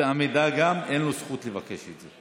וגם בעמידה, אין לו זכות לבקש את זה.